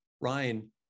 Ryan